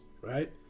right